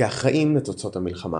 כאחראים לתוצאות המלחמה.